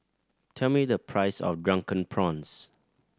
tell me the price of Drunken Prawns